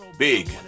Big